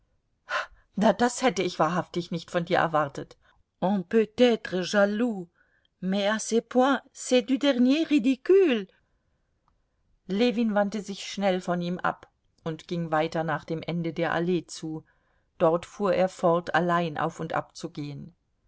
na das hätte ich wahrhaftig nicht von dir erwartet on peut tre jaloux mais ce point c'est du dernier ridicule ljewin wandte sich schnell von ihm ab und ging weiter nach dem ende der allee zu dort fuhr er fort allein auf und